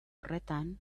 horretan